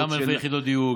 גם אלפי יחידות דיור,